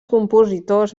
compositors